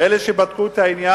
לפי אלה שבדקו את העניין,